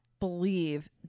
Believe